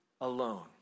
alone